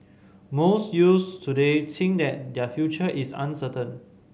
most youths today think that their future is uncertain